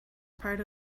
part